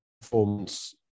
performance